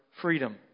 freedom